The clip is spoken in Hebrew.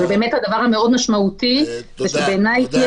אני רק רוצה לחזור על הדבר היותר משמעותי: שבעיניי אי